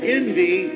envy